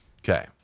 Okay